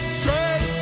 straight